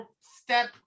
step